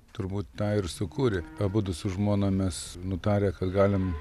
turbūt tą ir sukūrė abudu su žmona mes nutarę kad galim